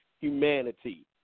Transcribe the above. humanity